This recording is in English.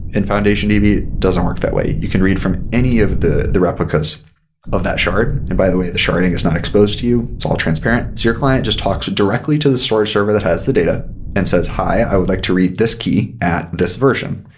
in foundationdb, it doesn't work that way. you can read from any of the the replicas of that shard. and by the way, the sharding is not exposed to you. it's all transparent. so your client just talks directly to the source server that has the data and says, hi. i would like to read this key at this version,